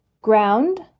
Ground